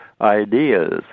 ideas